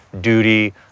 duty